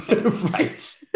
Right